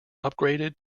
upgraded